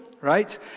right